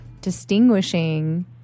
distinguishing